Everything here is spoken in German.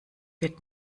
wird